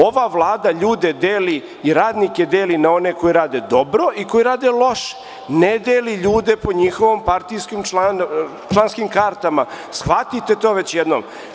Ova Vlada ljude i radnike deli na one koji rade dobro i koji rade loše, ne deli ljude po partijskim članskim kartama, shvatite to već jednom.